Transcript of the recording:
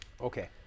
Okay